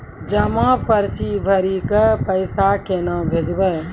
जमा पर्ची भरी के पैसा केना भेजबे?